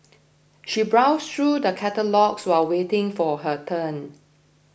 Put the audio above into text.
she browsed through the catalogues while waiting for her turn